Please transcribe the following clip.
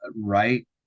right